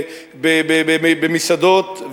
במסעדות,